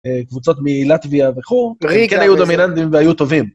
קבוצות מלטוויה וחור, כן היו דומיננדים והיו טובים.